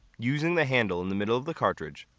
using the handle in the middle of the cartridge,